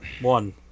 One